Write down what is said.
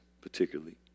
particularly